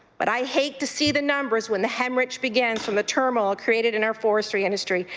but i hate to see the numbers when the hemorrhage began from the turmoil created in our forestry industry,